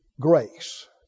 grace